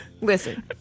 Listen